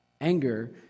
Anger